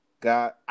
God